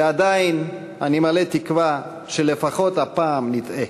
ועדיין אני מלא תקווה שלפחות הפעם נטעה.